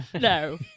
no